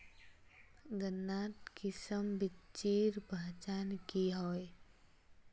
गन्नात किसम बिच्चिर पहचान की होय?